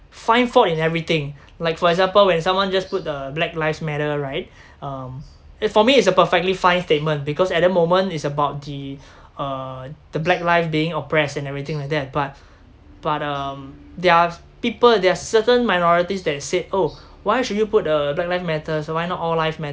find fault in everything like for example when someone just put uh black lives matter right um it for me it's a perfectly fine statement because at that moment it's about the uh the black life being oppressed and everything like that but but um there are people there are certain minorities that say oh why should you put uh black lives matter so why not all lives matter